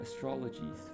astrologies